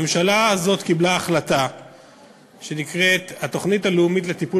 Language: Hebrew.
הממשלה הזאת קיבלה החלטה שנקראת התוכנית הלאומית לטיפול